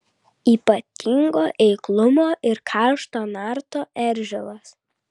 ypatingo eiklumo ir karšto narto eržilas